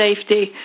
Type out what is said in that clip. safety